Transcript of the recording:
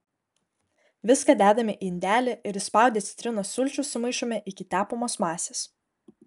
viską dedame į indelį ir įspaudę citrinos sulčių sumaišome iki tepamos masės